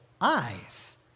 eyes